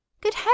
Good